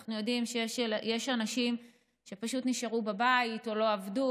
אנחנו יודעים שיש אנשים שפשוט נשארו בבית או לא עבדו,